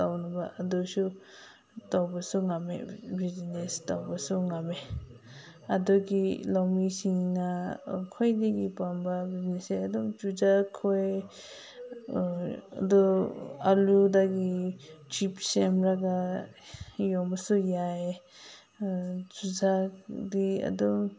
ꯇꯧꯅꯕ ꯑꯗꯨꯁꯨ ꯇꯧꯕꯁꯨ ꯉꯝꯃꯦ ꯕꯤꯖꯤꯅꯦꯁ ꯇꯧꯕꯁꯨ ꯉꯝꯃꯦ ꯑꯗꯨꯒꯤ ꯂꯧꯃꯤꯁꯤꯡꯅ ꯈ꯭ꯋꯥꯏꯗꯒꯤ ꯄꯥꯝꯕ ꯕꯤꯖꯤꯅꯦꯁꯁꯦ ꯑꯗꯨꯝ ꯆꯨꯖꯥꯛ ꯈꯣꯏ ꯑꯗꯨ ꯑꯂꯨꯗꯒꯤ ꯆꯤꯞ ꯁꯦꯝꯂꯒ ꯌꯣꯟꯕꯁꯨ ꯌꯥꯏ ꯆꯨꯖꯥꯛꯇꯤ ꯑꯗꯨꯝ